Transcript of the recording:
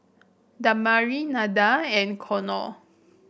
Damari Nada and Konner